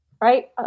Right